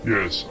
Yes